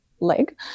leg